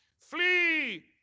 Flee